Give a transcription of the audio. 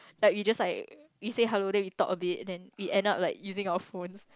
like you just like we say hello then we talk a bit then we end up like using our phones